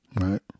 Right